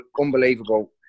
unbelievable